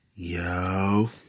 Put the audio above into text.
Yo